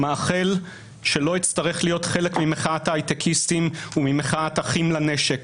מאחל שלא אצטרך להיות חלק ממחאת ההיי-טקיסטים וממחאת אחים לנשק.